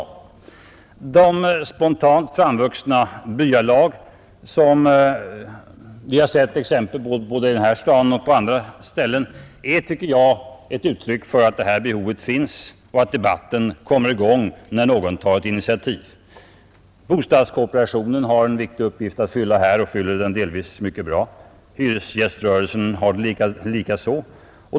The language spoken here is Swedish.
De spontant framvuxna byalag som vi har sett exempel på både i denna stad och på andra håll är, tycker jag, ett uttryck för att behovet finns och att debatten kommer i gång när någon tar ett initiativ. Bostadskooperationen har en viktig uppgift att fylla här och fyller den delvis mycket bra, hyresgäströrelsen likaså.